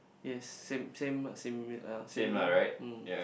yes same same same uh same mm